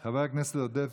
חבר הכנסת עודד פורר.